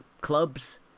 clubs